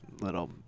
little